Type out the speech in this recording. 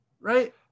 right